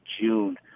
June